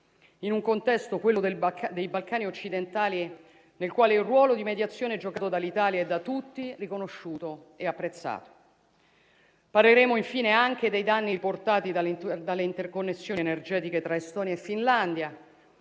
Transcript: in un contesto, quello dei Balcani occidentali, nel quale il ruolo di mediazione giocato dall'Italia è da tutti riconosciuto e apprezzato. Parleremo infine dei danni riportati dalle interconnessioni energetiche tra Estonia e Finlandia